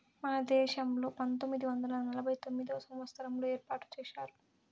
మన దేశంలో పంతొమ్మిది వందల నలభై తొమ్మిదవ సంవచ్చారంలో ఏర్పాటు చేశారు